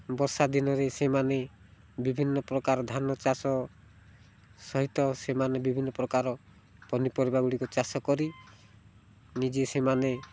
ବର୍ଷା ଦିନରେ ସେମାନେ ବିଭିନ୍ନପ୍ରକାର ଧାନ ଚାଷ ସହିତ ସେମାନେ ବିଭିନ୍ନପ୍ରକାର ପନିପରିବାଗୁଡ଼ିକ ଚାଷ କରି ନିଜେ ସେମାନେ